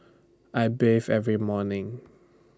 I bathe every morning